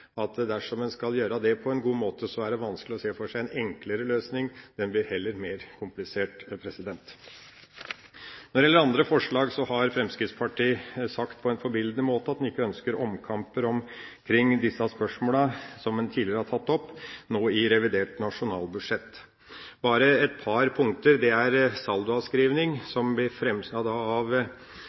at dersom man skal gjøre det på en god måte, er det vanskelig å se for seg en enklere løsning – den blir heller mer komplisert. Når det gjelder andre forslag, har Fremskrittspartiet på en forbilledlig måte sagt at de ikke ønsker omkamper om disse spørsmålene som man tidligere har tatt opp, nå i revidert nasjonalbudsjett. Jeg vil nevne et par punkter. Når det gjelder forslaget om saldoavskrivning, som blir framsatt av